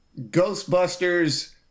Ghostbusters